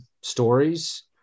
stories